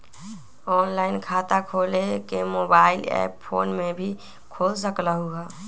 Online खाता खोले के मोबाइल ऐप फोन में भी खोल सकलहु ह?